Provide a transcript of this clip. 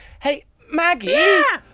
hey maggie. yeah!